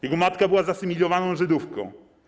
Jego matka była zasymilowaną Żydówką.